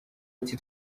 ati